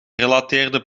gerelateerde